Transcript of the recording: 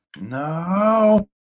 No